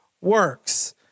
works